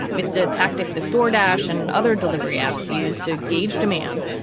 it's ah a tactic the door dash and other delivery apps use to gauge demand,